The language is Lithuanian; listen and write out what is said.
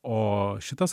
o šitas